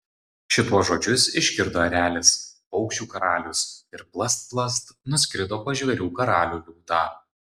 šituos žodžius išgirdo erelis paukščių karalius ir plast plast nuskrido pas žvėrių karalių liūtą